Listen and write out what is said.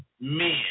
men